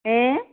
ഏ